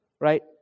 right